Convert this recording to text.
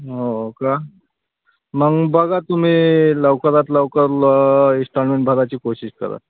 हो का मग बघा तुम्ही लवकरात लवकर ल इंस्टॉलमेंट भरायची कोशिश करा